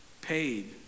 paid